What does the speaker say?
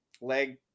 leg